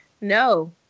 No